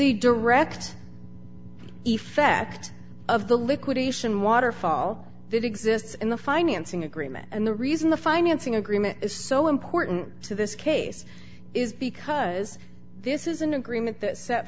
a direct effect of the liquidation waterfall that exists in the financing agreement and the reason the financing agreement is so important to this case is because this is an agreement that set